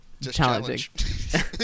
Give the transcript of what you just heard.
challenging